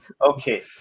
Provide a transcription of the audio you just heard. okay